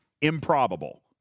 Improbable